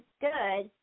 good